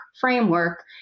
framework